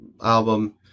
album